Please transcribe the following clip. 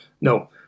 No